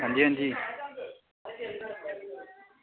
अंजी अंजी